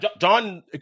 John